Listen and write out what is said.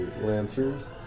lancers